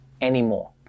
anymore